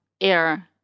air